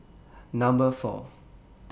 Number four